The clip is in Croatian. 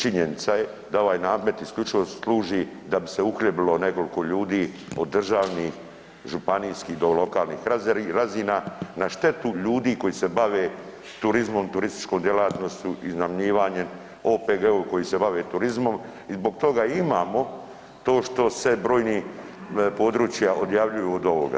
Činjenica je da ovaj namet isključivo služi da bi se uhljebilo nekoliko ljudi od državnih, županijskih do lokalnih razina na štetu ljudi koji se bave turizmom, turističkom djelatnošću, iznajmljivanjem, OPG-ovi koji se bave turizmom i zbog toga imamo to što se s brojnih područja odjavljuju od ovoga.